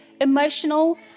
emotional